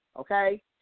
okay